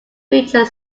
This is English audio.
future